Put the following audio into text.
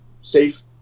safe